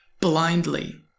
blindly